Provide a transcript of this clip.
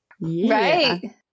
Right